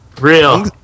Real